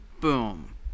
Boom